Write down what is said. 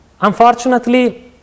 Unfortunately